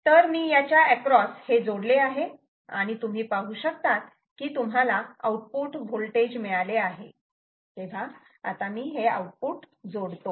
तर मी याच्या एक्रॉस हे जोडले आहे आणि तुम्ही पाहू शकतात की तुम्हाला आउटपुट होल्टेज मिळाले आहे आता मी आउटपुट जोडतो